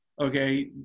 Okay